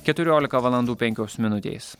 keturiolika valandų penkios minutės